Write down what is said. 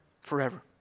forever